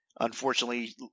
Unfortunately